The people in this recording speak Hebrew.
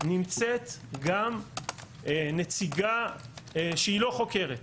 נמצאת גם נציגה שהיא לא חוקרת.